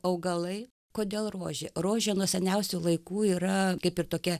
augalai kodėl rožė rožė nuo seniausių laikų yra kaip ir tokia